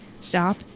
stop